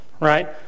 right